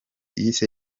yise